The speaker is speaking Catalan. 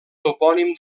topònim